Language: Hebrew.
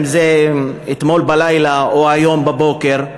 אם זה אתמול בלילה או היום בבוקר,